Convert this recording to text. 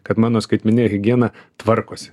kad mano skaitmenine higiena tvarkosi